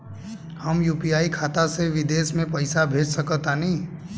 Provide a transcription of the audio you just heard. हम यू.पी.आई खाता से विदेश म पइसा भेज सक तानि?